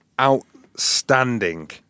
outstanding